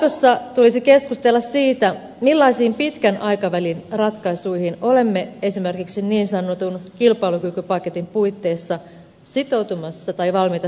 jatkossa tulisi keskustella siitä millaisiin pitkän aikavälin ratkaisuihin olemme esimerkiksi niin sanotun kilpailukykypaketin puitteissa sitoutumassa tai valmiita sitoutumaan